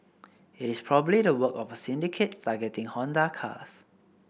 it is probably the work of a syndicate targeting Honda cars